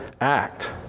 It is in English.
act